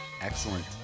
Excellent